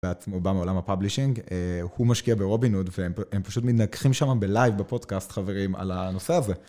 הוא בא מעולם ה-publishing, הוא משקיע ברובין הוד והם, הם פשוט מתנגחים שם בלייב בפודקאסט חברים על הנושא הזה.